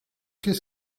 qu’est